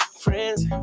friends